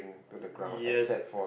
yes